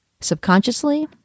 subconsciously